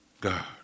God